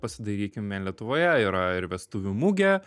pasidairykime lietuvoje yra ir vestuvių mugė